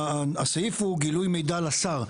שהסעיף הוא גילוי מידע לשר.